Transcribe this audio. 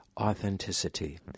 authenticity